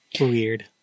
Weird